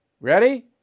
Ready